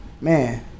man